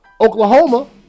Oklahoma